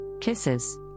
Kisses